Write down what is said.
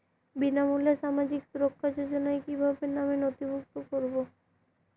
বিনামূল্যে সামাজিক সুরক্ষা যোজনায় কিভাবে নামে নথিভুক্ত করবো?